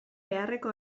beharreko